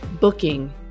booking